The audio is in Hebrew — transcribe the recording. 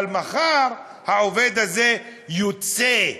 אבל מחר העובד הזה יוצא,